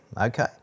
okay